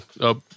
up